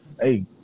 Hey